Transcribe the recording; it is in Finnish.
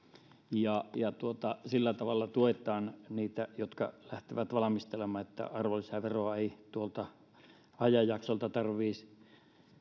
ja ja sillä tavalla tuetaan niitä jotka lähtevät valmistelemaan että arvonlisäveroa ei tuolta ajanjaksolta tarvitsisi